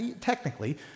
technically